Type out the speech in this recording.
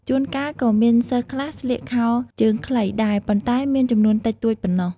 ជួនកាលក៏មានសិស្សខ្លះស្លៀកខោជើងខ្លីដែរ ប៉ុន្តែមានចំនួនតិចតួចប៉ុណ្ណោះ។